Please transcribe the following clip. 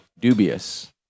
dubious